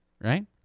right